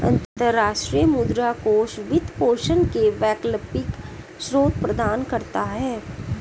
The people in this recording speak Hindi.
अंतर्राष्ट्रीय मुद्रा कोष वित्त पोषण के वैकल्पिक स्रोत प्रदान करता है